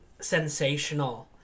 sensational